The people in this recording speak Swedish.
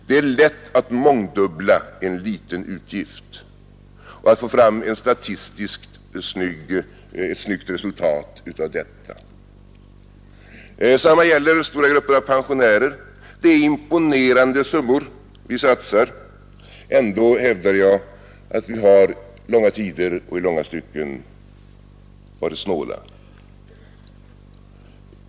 Det är lätt att mångdubbla en liten utgift och få fram ett statistiskt sett snyggt resultat av detta. Samma gäller stora grupper av pensionärer. Det är imponerande summor vi satsar. Ändå hävdar jag att vi lång tid och i långa stycken varit snåla.